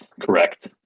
correct